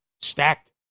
Stacked